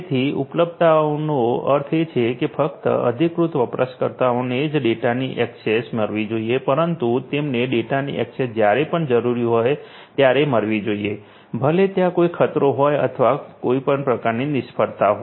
તેથી ઉપલબ્ધતાનો અર્થ એ છે કે ફક્ત અધિકૃત વપરાશકર્તાઓને જ ડેટાની ઍક્સેસ મળવી જોઈએ પરંતુ તેમને ડેટાની ઍક્સેસ જ્યારે પણ જરૂરી હોય ત્યારે મળવી જોઈએ ભલે ત્યાં કોઈ ખતરો હોય અથવા કોઈ પણ પ્રકારની નિષ્ફળતા હોય